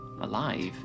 Alive